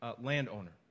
landowner